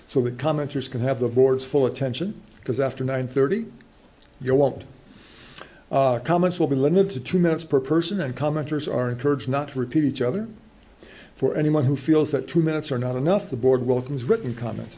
so that commenters can have the board's full attention because after nine thirty your want comments will be limited to two minutes per person and commenters are encouraged not to repeat each other for anyone who feels that two minutes are not enough the board welcomes written comments